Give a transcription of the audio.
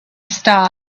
start